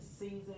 season